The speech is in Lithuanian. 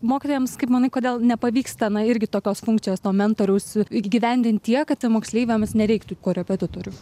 mokytojams kaip manai kodėl nepavyksta na irgi tokios funkcijos to mentoriaus įgyvendint tiek kad moksleiviams nereiktų korepetitorių